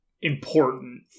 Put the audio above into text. important